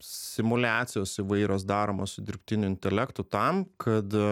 simuliacijos įvairios daromos su dirbtiniu intelektu tam kad